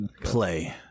play